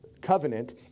Covenant